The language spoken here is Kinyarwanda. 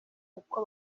uko